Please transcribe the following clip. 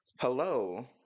hello